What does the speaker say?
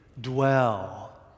dwell